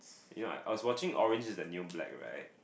you know what I was watching orange is the new black right